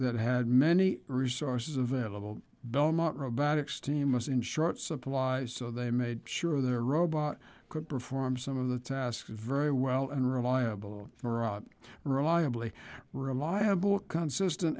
that had many resources available belmont robotics team was in short supply so they made sure their robot could perform some of the tasks very well and reliable herat reliably reliable consistent